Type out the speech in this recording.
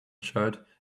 shirt